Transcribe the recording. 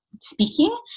speaking